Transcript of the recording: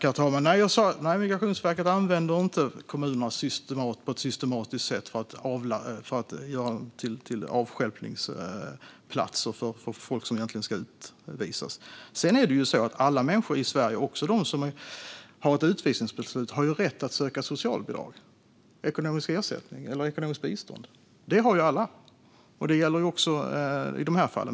Herr talman! Jag har sagt att Migrationsverket inte använder kommunerna på ett systematiskt sätt för att göra dem till avstjälpningsplatser för folk som egentligen ska utvisas. Men det är ju så att alla människor i Sverige, också de som har ett utvisningsbeslut, har rätt att söka socialbidrag, det vill säga ekonomiskt bistånd. Det gäller också i dessa fall.